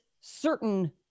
certain